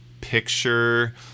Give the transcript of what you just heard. picture